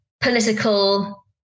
political